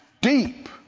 Deep